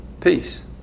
peace